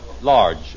large